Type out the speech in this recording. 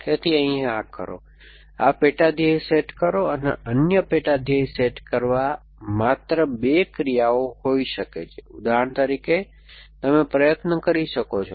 તેથી અહીં આ કરો આ પેટા ધ્યેય સેટ કરો અન્ય પેટા ધ્યેય સેટ કરવા માત્ર 2 ક્રિયાઓ હોઈ શકે છે ઉદાહરણ તરીકે તમે પ્રયત્ન કરી શકો છો